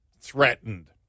threatened